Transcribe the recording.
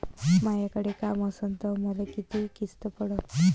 मायाकडे काम असन तर मले किती किस्त पडन?